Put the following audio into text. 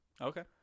Okay